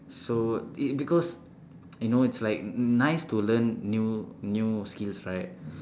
so it because you know it's like nice to learn new new skills right